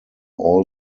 all